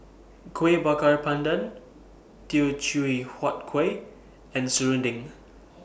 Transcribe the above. Kuih Bakar Pandan Teochew Huat Kueh and Serunding